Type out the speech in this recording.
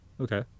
Okay